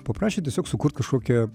paprašė tiesiog sukurt kažkokią